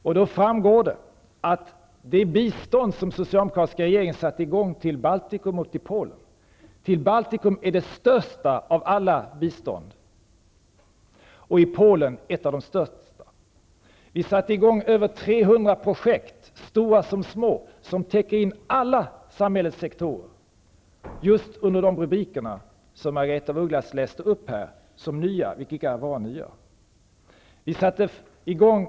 Av dem framgår när det gäller det bistånd som den socialdemokratiska regeringen gav till Baltikum och till Polen att biståndet till Baltikum är det största av alla bistånd och biståndet till Polen ett av de största. Vi satte i gång över 300 projekt, stora som små, som täcker in alla samhällets sektorer, just under de rubriker som Margaretha af Ugglas läste upp här och som hon utgav för att vara nya, vilket de icke är.